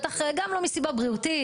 בטח גם לא מסיבה בריאותית,